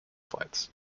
flights